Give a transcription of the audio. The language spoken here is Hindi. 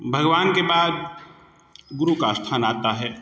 भगवान के बाद गुरु का स्थान आता है